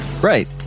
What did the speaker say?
Right